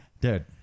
Dude